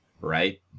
right